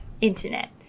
internet